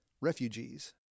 refugees